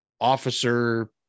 officer